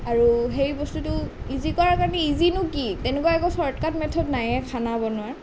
আৰু সেই বস্তুটো ইজি কৰাৰ কাৰণে ইজিনো কি তেনেকুৱা একো ছৰ্টকাত মেঠদ নায়েই খানা বনোৱাৰ